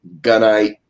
gunite